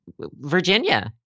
Virginia